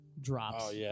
Drops